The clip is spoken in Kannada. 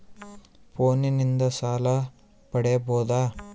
ಫೋನಿನಿಂದ ಸಾಲ ಪಡೇಬೋದ?